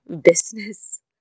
business